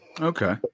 Okay